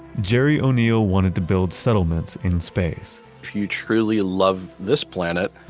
gerry o'neill wanted to build settlements in space if you truly love this planet,